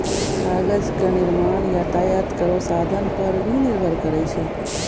कागजो क निर्माण यातायात केरो साधन पर भी निर्भर करै छै